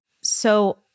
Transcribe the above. So-